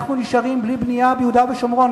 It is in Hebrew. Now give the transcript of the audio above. אנחנו נשארים בלי בנייה ביהודה ושומרון.